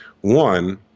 one